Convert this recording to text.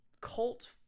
cult